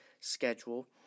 schedule